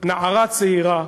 נערה צעירה,